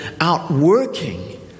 outworking